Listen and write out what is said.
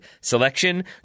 selection